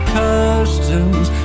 customs